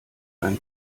ein